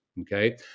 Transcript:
Okay